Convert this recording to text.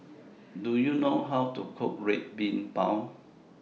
Do YOU know How to Cook Red Bean Bao